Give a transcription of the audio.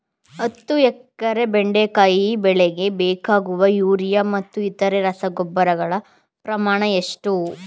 ಹತ್ತು ಎಕರೆ ಬೆಂಡೆಕಾಯಿ ಬೆಳೆಗೆ ಬೇಕಾಗುವ ಯೂರಿಯಾ ಮತ್ತು ಇತರೆ ರಸಗೊಬ್ಬರಗಳ ಪ್ರಮಾಣ ಎಷ್ಟು?